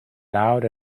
loud